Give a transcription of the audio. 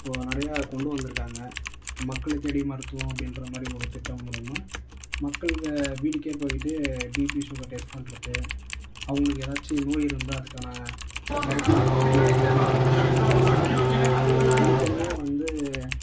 இப்போ நிறையா கொண்டு வந்துருக்காங்க மக்களை தேடி மருத்துவம் அப்படின்றமாரி ஒரு திட்டம் மூலியமாக மக்களுக்கு வீட்டுக்கே போய்விட்டு பிபி சுகர் டெஸ்ட் பண்ணுறது அவங்களுக்கு ஏதாச்சும் நோய் இருந்தால் அதுக்கான மருத்துவம் அங்கேயே வீட்லையே பார்த்துக்குறமாரியும் தனித்தனியாக வந்து